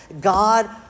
God